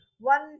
one